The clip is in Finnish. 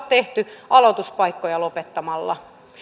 tehty aloituspaikkoja lopettamalla